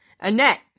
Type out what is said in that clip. Annette